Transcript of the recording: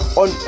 on